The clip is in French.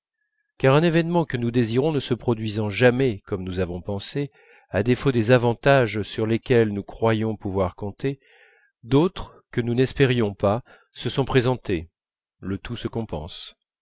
car un événement que nous désirons ne se produisant jamais comme nous avons pensé à défaut des avantages sur lesquels nous croyions pouvoir compter d'autres que nous n'espérions pas se sont présentés le tout se compense